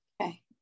Okay